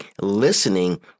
listening